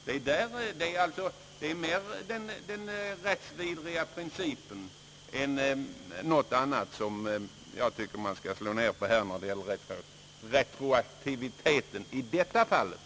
Det är retroaktiviteten i detta fall, den rättsvidriga principen, som jag tycker att man mer än något annat skall slå ned på här.